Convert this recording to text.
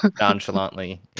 nonchalantly